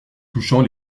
touchant